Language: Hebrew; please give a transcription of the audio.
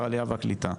והקליטה,